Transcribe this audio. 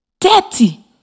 thirty